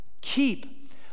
Keep